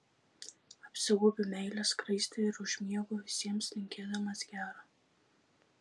apsigaubiu meilės skraiste ir užmiegu visiems linkėdamas gero